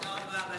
תודה רבה.